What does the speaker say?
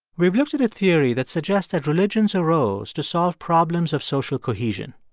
we've looked at a theory that suggests that religions arose to solve problems of social cohesion.